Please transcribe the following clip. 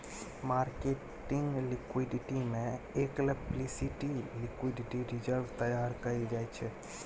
marketing liquidity में explicit liquidity reserve तैयार कएल जाइ छै